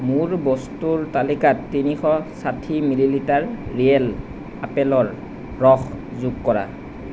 মোৰ বস্তুৰ তালিকাত তিনিশ ষাঠী মিলি লিটাৰ ৰিয়েল আপেলৰ ৰস যোগ কৰা